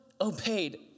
obeyed